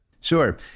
Sure